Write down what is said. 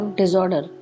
disorder